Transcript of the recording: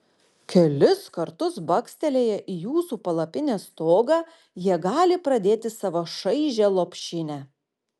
kelis kartus bakstelėję į jūsų palapinės stogą jie gali pradėti savo šaižią lopšinę